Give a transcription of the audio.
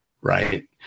right